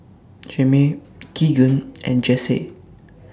Jame Keagan and Jase